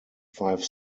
five